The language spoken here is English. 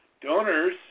donors